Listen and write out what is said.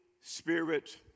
Spirit